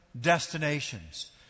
destinations